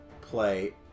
play